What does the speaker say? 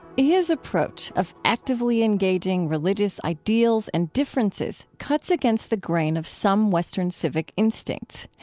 his approach of actively engaging religious ideals and differences cuts against the grain of some western civic instincts.